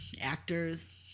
actors